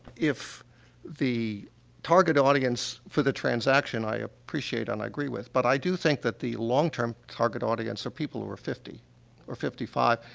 if the target audience for the transaction i appreciate and i agree with, but i do think that the long-term target audience are people who are fifty or fifty five,